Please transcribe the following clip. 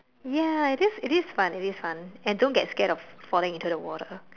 ya it is it is fun and don't get scared of falling into the water